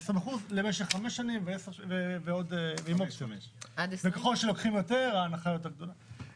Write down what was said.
למשך 5 שנים ו -- -וככל שלוקחים יותר ההנחה יותר גדולה.